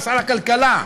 לשר הכלכלה: